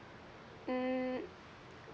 hmm